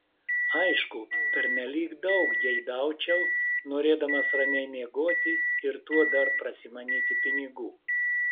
aišku pernelyg daug geidaučiau norėdamas ramiai miegoti ir tuo dar prasimanyti pinigų